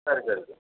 சரி சரி சரி